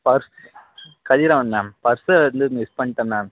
first Kathiravan ma'am பர்ஸ்ஸை வந்து miss பண்ணிட்டேன் மேம்